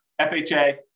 FHA